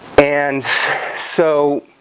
and so